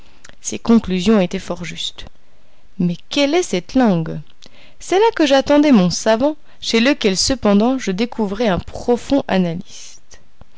ces conclusions étaient fort justes mais quelle est cette langue c'est là que j'attendais mon savant chez lequel cependant je découvrais un profond analyste